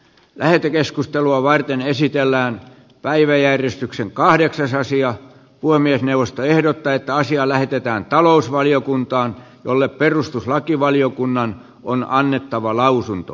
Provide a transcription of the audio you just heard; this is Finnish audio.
lähetekeskustelua varten esitellään päiväjärjestyksen kahdeksasosia puhemiesneuvosto ehdottaa että asia lähetetään talousvaliokuntaan jolle perustuslakivaliokunnan on annettava lausunto